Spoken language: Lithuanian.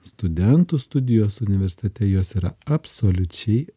studentų studijos universitete jos yra absoliučiai